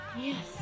Yes